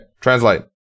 translate